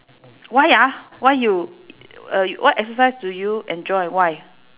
why ah why you uh what exercise do you enjoy why